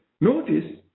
notice